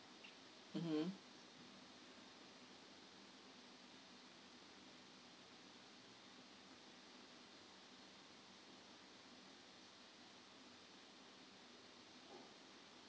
mmhmm